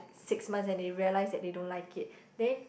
six months and they realise that they don't like it then